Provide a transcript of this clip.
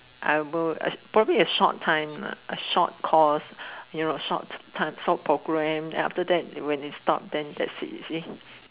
I would probably a short time lah a short cause you know a short short program then after that when it stop then that's it you see